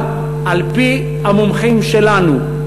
אבל על-פי המומחים שלנו,